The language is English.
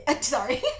Sorry